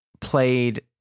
played